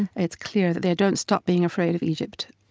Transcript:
it's clear that they don't stop being afraid of egypt.